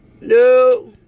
No